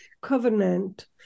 covenant